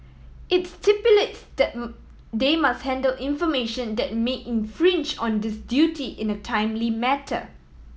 it stipulates that they must handle information that may infringe on this duty in a timely matter